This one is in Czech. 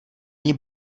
ani